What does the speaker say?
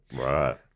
Right